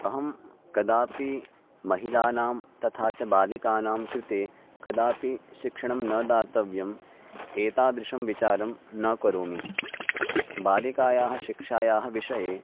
अहं कदापि महिलानां तथा च बालिकानां कृते कदापि शिक्षणं न दातव्यम् एतादृशं विचारं न करोमि बालिकायाः शिक्षायाः विषये